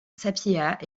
sapieha